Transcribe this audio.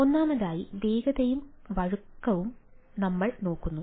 ഒന്നാമതായി വേഗതയും വഴക്കവും ഞങ്ങൾ നോക്കുന്നു